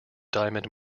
diamond